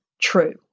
true